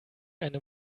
eine